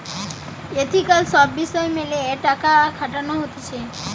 ethical সব বিষয় মেলে টাকা খাটানো হতিছে